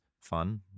Fun